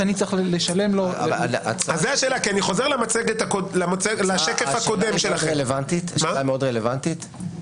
כי אני חוזר לשקף הקודם שלכם --- השאלה היא מאוד רלוונטית,